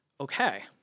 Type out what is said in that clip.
okay